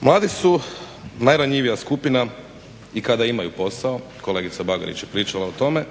Mladi su najranjivija skupina i kada imaju posao, kolegica Bagarić je pričala o tome